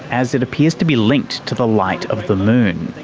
as it appears to be linked to the light of the moon,